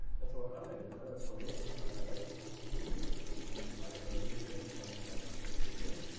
and so what i'm going to do is i'm going to put it in front of liters, which means microliter is ten to the minus six liters,